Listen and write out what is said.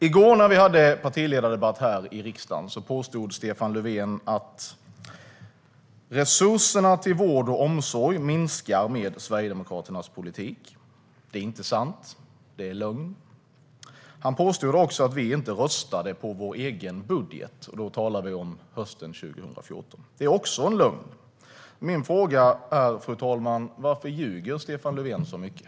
I går när vi hade partiledardebatt här i riksdagen påstod Stefan Löfven att resurserna till vård och omsorg minskar med Sverigedemokraternas politik. Det är inte sant; det är lögn. Han påstod också att vi inte röstade för vår egen budget. Och då talar vi om hösten 2014. Det är också en lögn. Fru talman! Min fråga är: Varför ljuger Stefan Löfven så mycket?